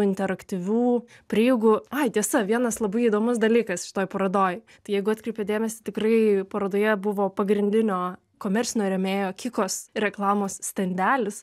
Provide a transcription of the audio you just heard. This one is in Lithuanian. interaktyvių prieigų ai tiesa vienas labai įdomus dalykas šitoj parodoj tai jeigu atkreipėt dėmesį tikrai parodoje buvo pagrindinio komercinio rėmėjo kikos reklamos stendelis